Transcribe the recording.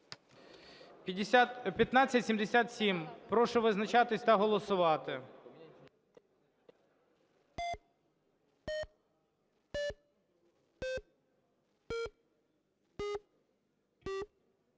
1578. Прошу визначатись та голосувати.